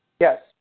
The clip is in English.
Yes